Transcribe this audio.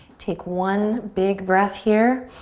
take one big breath here.